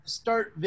start